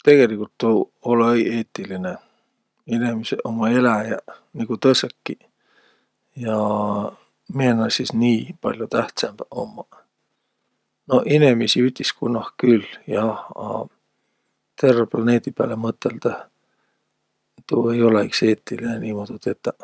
Tegeligult tuu olõ-õi eetiline. Inemiseq ummaq eläjäq, nigu tõõsõkiq ja miä nä sis nii pall'o tähtsämbäq ommaq. Noh, inemiisi ütiskunnah külh, jah, a terve planeedi pääle mõtõldõh tuu ei olõq iks eetiline niimuudu tetäq.